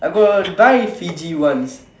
I got buy Fiji once